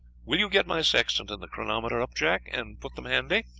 will you get my sextant and the chronometer up, jack, and put them handy?